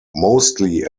mostly